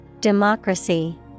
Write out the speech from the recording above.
Democracy